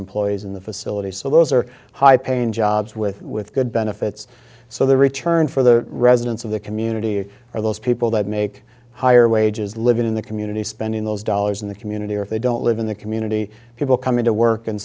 employees in the facility so those are high paying jobs with with good benefits so the return for the residents of the community are those people that make higher wages living in the community spending those dollars in the community or if they don't live in the community people coming to work and